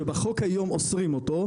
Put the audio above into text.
שבחוק היום אוסרים אותו,